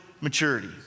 maturity